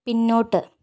പിന്നോട്ട്